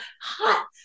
hot